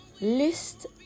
list